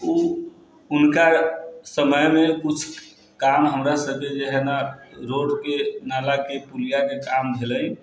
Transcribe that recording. ओ हुनका समयमे कुछ काम हमरा सभके जे है न रोड के नालाके पुलियाके काम भेलै